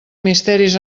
misteris